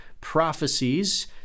prophecies